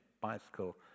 bicycle